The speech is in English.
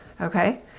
Okay